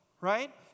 right